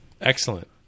Excellent